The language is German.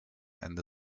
ende